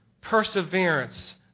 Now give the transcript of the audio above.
perseverance